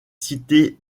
cités